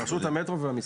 רשות המטרו והמיסוי.